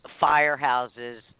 firehouses